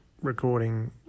recording